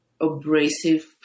abrasive